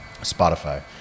Spotify